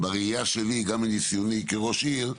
בראיה שלי גם מניסיוני כראש עיר,